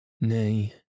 Nay